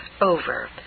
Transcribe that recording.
over